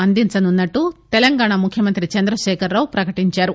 అందించనున్నట్లు తెలంగాణ ముఖ్యమంత్రి చంద్రశేఖరరావు ప్రకటించారు